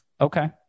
Okay